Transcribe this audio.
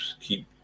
keep